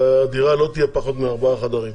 והדירה לא תהיה פחות מארבעה חדרים.